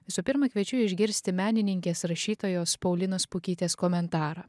visų pirma kviečiu išgirsti menininkės rašytojos paulinos pukytės komentarą